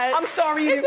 i'm sorry you